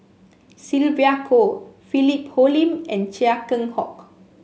Sylvia Kho Philip Hoalim and Chia Keng Hock